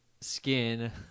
skin